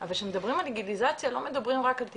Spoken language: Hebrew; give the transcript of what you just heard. אבל כשמדברים על לגליזציה לא מדברים רק על תפרחות.